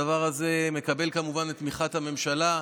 הדבר הזה מקבל כמובן את תמיכת הממשלה,